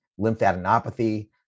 lymphadenopathy